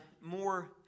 more